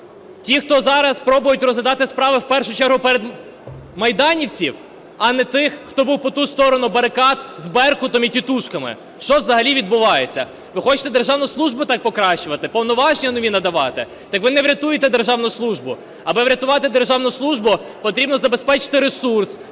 Ті, хто зараз пробують розглядати справи в першу чергу майданівців, а не тих, хто був по ту сторону барикад з "Беркутом" і тітушками? Що взагалі відбувається? Ви хочете державну службу так покращувати, повноваження нові надавати? Так ви не врятуєте державну службу. Аби врятувати державну службу, потрібно забезпечити ресурс,